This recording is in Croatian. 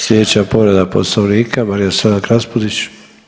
Slijedeća povreda Poslovnika Marija Selak Raspudić.